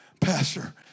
Pastor